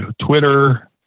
Twitter